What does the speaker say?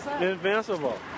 Invincible